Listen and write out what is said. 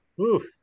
Oof